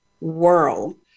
world